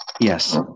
Yes